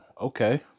okay